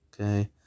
Okay